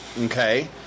okay